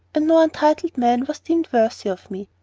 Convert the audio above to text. and no untitled man was deemed worthy of me.